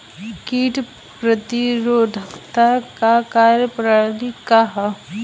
कीट प्रतिरोधकता क कार्य प्रणाली का ह?